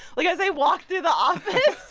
like, as they walk through the office.